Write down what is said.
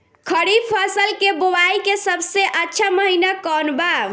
खरीफ फसल के बोआई के सबसे अच्छा महिना कौन बा?